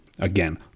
Again